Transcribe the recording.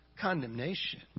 condemnation